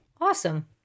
awesome